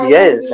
Yes